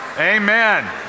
Amen